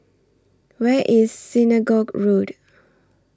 Where IS Synagogue Road